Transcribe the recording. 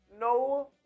No